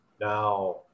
Now